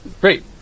Great